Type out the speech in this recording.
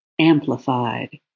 amplified